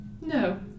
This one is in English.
No